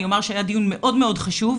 אני אומַר שהיה דיון מאוד מאוד חשוב,